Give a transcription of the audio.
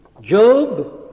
Job